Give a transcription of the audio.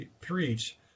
preach